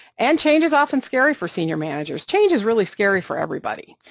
and change is often scary for senior managers, change is really scary for everybody,